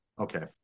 okay